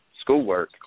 schoolwork